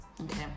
okay